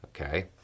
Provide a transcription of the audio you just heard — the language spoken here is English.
okay